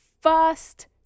first